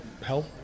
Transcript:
help